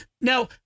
Now